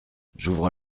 j’ouvre